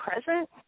present